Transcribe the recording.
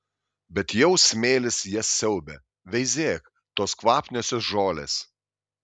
bet jau smėlis jas siaubia veizėk tos kvapniosios žolės